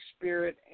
Spirit